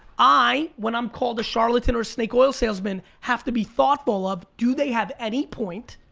i, when i'm called a charlatan or a snake oil salesman, have to be thoughtful of do they have any point,